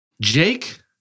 Jake